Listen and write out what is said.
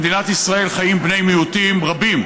במדינת ישראל חיים בני מיעוטים רבים,